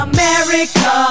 America